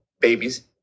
babies